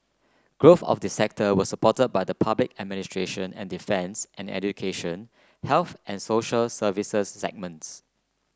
growth of the sector was support by the public administration and defence and education health and social services segments